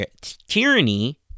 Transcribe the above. tyranny